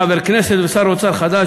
חבר כנסת ושר אוצר חדש,